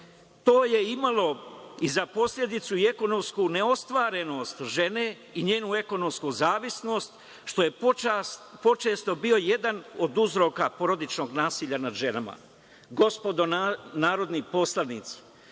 To je imalo i za posledicu i ekonomsku neostvarenost žene i ekonomsku zavisnost što je počesto bio jedan od uzroka porodičnog nasilja nad ženama. Gospodo narodni poslanici,